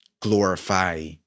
glorify